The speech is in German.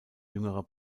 jüngerer